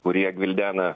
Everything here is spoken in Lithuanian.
kurie gvildena